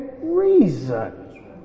reason